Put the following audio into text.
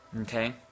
Okay